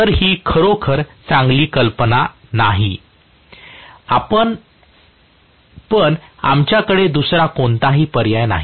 तर ही खरोखर चांगली कल्पना नाही पण आमच्याकडे दुसरा कोणताही पर्याय नाही